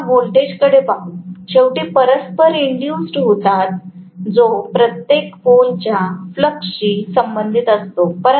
तर आपण व्होल्टेजकडे पाहू शेवटी परस्पर इन्दूज्ड होतात जो प्रत्येक पोलच्या फ्लक्सशी संबंधित असतो